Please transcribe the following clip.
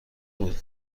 بود